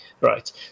right